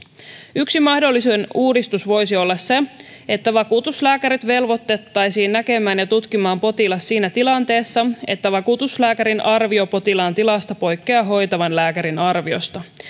yksi mahdollinen uudistus voisi olla se että vakuutuslääkärit velvoitettaisiin näkemään ja tutkimaan potilas siinä tilanteessa että vakuutuslääkärin arvio potilaan tilasta poikkeaa hoitavan lääkärin arviosta